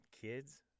kids